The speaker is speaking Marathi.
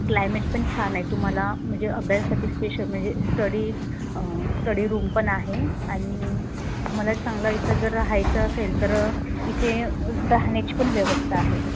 क्लायमेट पण छान आहे तुम्हाला म्हणजे अभ्यासासाठी स्पेशल म्हणजे स्टडी स्टडी रूम पण आहे आणि तुम्हाला चांगलं इथं जर राहायचं असेल तर इथे राहण्याची पण व्यवस्था आहे